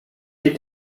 dir